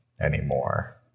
anymore